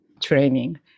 training